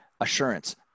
Assurance